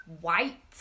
white